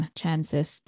chances